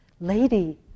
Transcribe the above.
lady